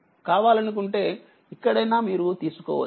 కావాలనుకుంటేఇక్కడైనా మీరు తీసుకోవచ్చు